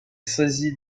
saisi